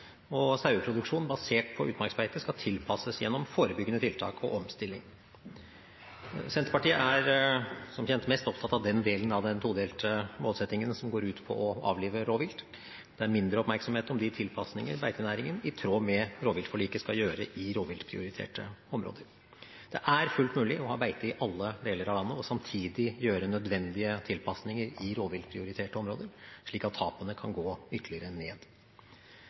og saueproduksjon basert på utmarksbeite skal tilpasses gjennom forebyggende tiltak og omstilling. Senterpartiet er som kjent mest opptatt av den delen av den todelte målsettingen som går ut på å avlive rovvilt. Det er mindre oppmerksomhet om de tilpasninger beitenæringen i tråd med rovviltforliket skal gjøre i rovviltprioriterte områder. Det er fullt mulig å ha beite i alle deler av landet og samtidig gjøre nødvendige tilpasninger i rovviltprioriterte områder, slik at tapene kan gå ytterligere ned.